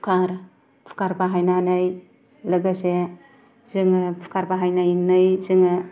कुकार कुकार बाहायनानै लोगोसे जोङो कुकार बाहायनानै जोङो